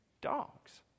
dogs